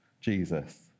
Jesus